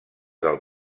del